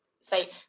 say